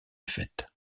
faite